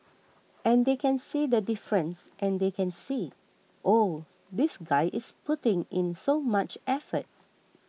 and they can see the difference and they can see oh this guy is putting in so much effort